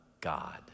God